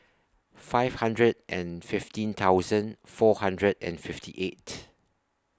five hundred and fifteen thousand four hundred and fifty eight